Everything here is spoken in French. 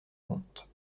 comte